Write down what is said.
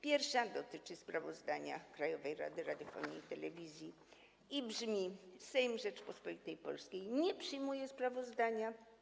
Pierwsza dotyczy sprawozdania Krajowej Rady Radiofonii i Telewizji i brzmi: Sejm Rzeczypospolitej Polskiej nie przyjmuje sprawozdania.